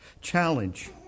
challenge